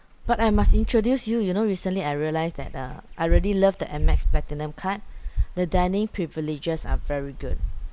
but I must introduce you you know recently I realise that uh I really love the amex platinum card the dining privileges are very good